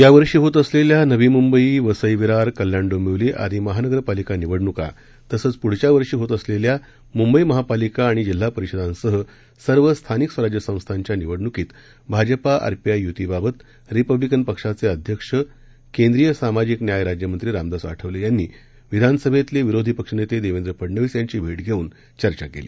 या वर्षी होत असलेल्या नवी मुंबई वसई विरार कल्याण डोंबिवली आदी महानगरपालिका निवडणुका तसंच पुढील वर्षी होत असलेल्या मुंबई महापालिका आणि जिल्हा परिषदांसह सर्व स्थानिक स्वराज्य संस्थांच्या निवडणुकीत भाजपा आरपीआय युती बाबत रिपब्लिकन पक्षाचे अध्यक्ष केंद्रीय सामाजिक न्याय राज्यमंत्री रामदास आठवले यांनी विधानसभेतले विरोधी पक्ष नेते देवेंद्र फडनविस यांची भेट घेऊन चर्चा केली